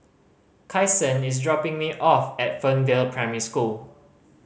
Kyson is dropping me off at Fernvale Primary School